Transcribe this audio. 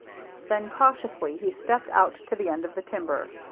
then cautiously he stepped out to the end of the timber.